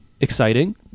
exciting